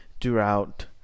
throughout